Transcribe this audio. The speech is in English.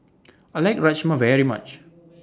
I like Rajma very much